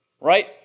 Right